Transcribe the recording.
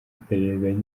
iperereza